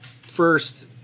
first